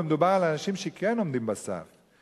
ומדובר על אנשים שכן עומדים בסף.